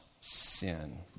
Sin